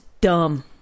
dumb